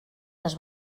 les